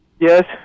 Yes